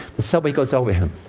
the subway goes over him.